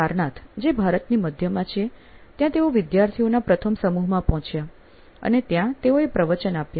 સારનાથ જે ભારતની મધ્યમાં છે ત્યાં તેઓ વિદ્યાર્થીઓના પ્રથમ સમૂહમાં પહોંચ્યા અને ત્યાં તેઓએ પ્રવચનો આપ્યા